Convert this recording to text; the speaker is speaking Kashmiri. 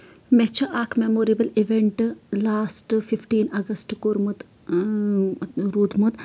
مےٚ چھُ اکھ memorable event last fifteen August کوٚرمُت روٗدمُت